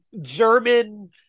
German